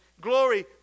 glory